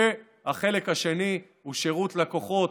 החלק השני הוא שירות לקוחות,